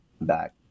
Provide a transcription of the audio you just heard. back